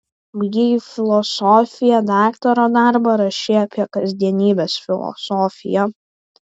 baigei filosofiją daktaro darbą rašei apie kasdienybės filosofiją